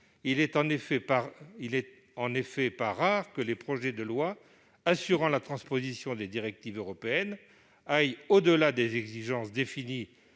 Il n'est en effet pas rare que les projets de loi assurant la transposition des directives européennes aillent au-delà des exigences définies